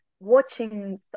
watching